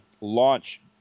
launch